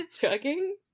chugging